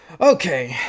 Okay